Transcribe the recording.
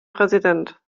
präsident